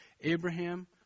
Abraham